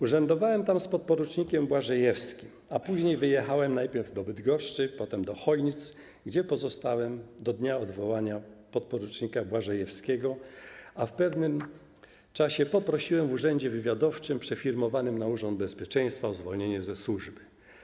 Urzędowałem tam z ppor. Błażejewskim, a później wyjechałem najpierw do Bydgoszczy, potem do Chojnic, gdzie pozostałem do dnia odwołania ppor. Błażejewskiego, a po pewnym czasie poprosiłem w urzędzie wywiadowczym, przefirmowanym na Urząd Bezpieczeństwa, o zwolnienie ze służby.